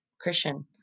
Christian